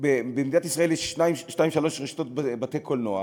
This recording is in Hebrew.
במדינת ישראל יש שתיים-שלוש רשתות בתי-קולנוע,